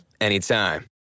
anytime